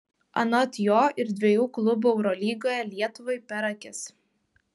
anot jo ir dviejų klubų eurolygoje lietuvai per akis